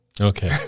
Okay